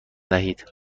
دهید